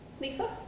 Lisa